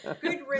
Good